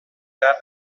that